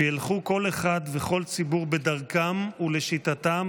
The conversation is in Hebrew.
וילכו כל אחד וכל ציבור בדרכם ולשיטתם